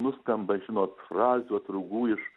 nuskamba žinot frazių atrūgų iš